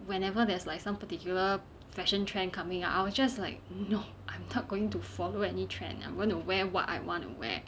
whenever there's like some particular fashion trend coming up I will just like no I'm not going to follow any trend I am going to wear what I wanna wear